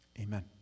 Amen